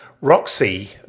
Roxy